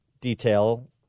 detail